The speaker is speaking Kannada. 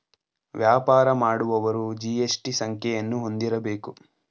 ವ್ಯಾಪಾರ ಮಾಡುವವರು ಜಿ.ಎಸ್.ಟಿ ಸಂಖ್ಯೆಯನ್ನು ಹೊಂದಿರಬೇಕು